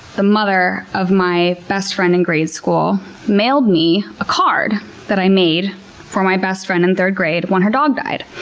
the mother of my best friend in grade school mailed me a card that i made for my best friend in third grade when her dog died.